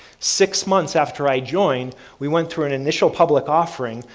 six months after i joined, we went through an initial public offering,